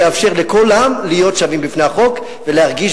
שיאפשר לכל העם להיות שווים בפני החוק ולהרגיש